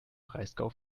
breisgau